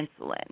insulin